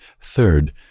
Third